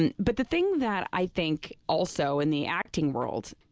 and but the thing that i think also, in the acting world,